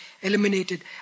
eliminated